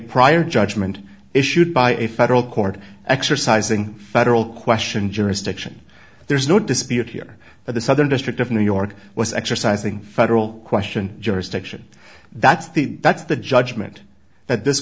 prior judgment issued by a federal court exercising federal question jurisdiction there's no dispute here that the southern district of new york was exercising federal question jurisdiction that's the that's the judgment that th